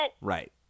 Right